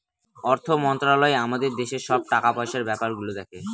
অর্থ মন্ত্রালয় আমাদের দেশের সব টাকা পয়সার ব্যাপার গুলো দেখে